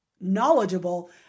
knowledgeable